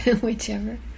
whichever